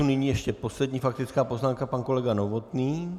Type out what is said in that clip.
Nyní ještě poslední faktická poznámka, pan kolega Novotný.